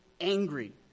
angry